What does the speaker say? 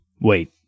Wait